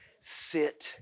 Sit